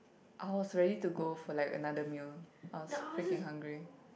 I was ready to go for like another meal I was freaking hungry